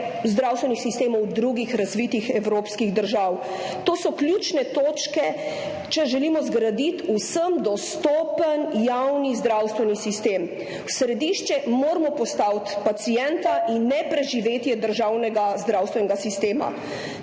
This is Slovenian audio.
zdravstvenih sistemov drugih razvitih evropskih držav. To so ključne točke, če želimo zgraditi vsem dostopen javni zdravstveni sistem. V središče moramo postaviti pacienta in ne preživetje državnega zdravstvenega sistema.